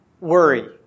worry